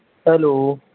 hello